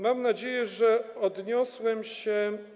Mam nadzieję, że odniosłem się.